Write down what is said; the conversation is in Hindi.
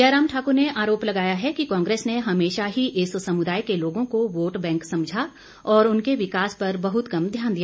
जयराम ठाकुर ने आरोप लगाया है कि कांग्रेस ने हमेशा ही इस समुदाय के लोगों को वोट बैंक समझा और उनके विकास पर बहुत कम ध्यान दिया